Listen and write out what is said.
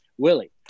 Willie